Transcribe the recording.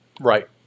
Right